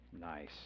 nice